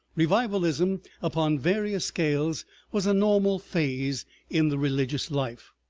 revivalism upon various scales was a normal phase in the religious life,